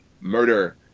Murder